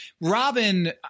Robin